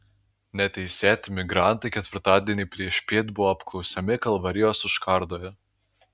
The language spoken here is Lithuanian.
neteisėti migrantai ketvirtadienį priešpiet buvo apklausiami kalvarijos užkardoje